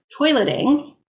toileting